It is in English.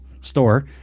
store